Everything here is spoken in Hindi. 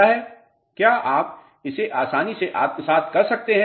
क्या आप इसे आसानी से आत्मसात कर सकते हैं